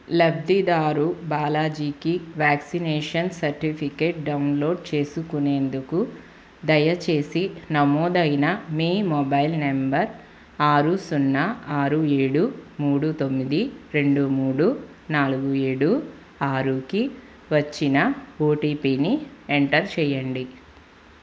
లబ్ధిదారు బాలాజీకి vaccination certificate download చేసుకునేందుకు దయచేసి నమోదైన మీ మొబైల్ నెంబర్ ఆరు సున్నా ఆరు ఏడు మూడు తొమ్మిది రెండు మూడు నాలుగు ఏడు ఆరుకి వచ్చిన ఓటీపీని ఎంటర్ చెయ్యండి